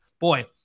boy